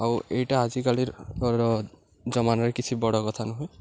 ଆଉ ଏଇଟା ଆଜିକାଲି ଜମାନାରେ କିଛି ବଡ଼ କଥା ନୁହେଁ